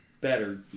better